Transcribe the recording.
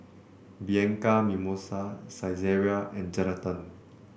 Bianco Mimosa Saizeriya and Geraldton